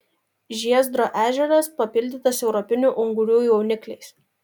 žiezdro ežeras papildytas europinių ungurių jaunikliais